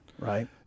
Right